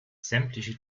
sämtliche